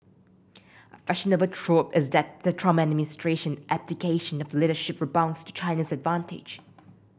a fashionable trope is that the Trump administration abdication of leadership rebounds to China's advantage